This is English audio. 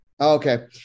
Okay